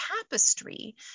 tapestry